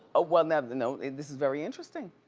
ah well, now, no, this is very interesting.